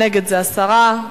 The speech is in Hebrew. נגד, זה הסרה.